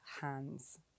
hands